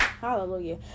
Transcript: hallelujah